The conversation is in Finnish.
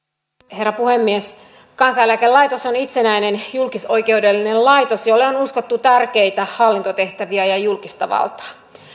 herra puhemies kansaneläkelaitos on itsenäinen julkisoikeudellinen laitos jolle on uskottu tärkeitä hallintotehtäviä ja julkista valtaa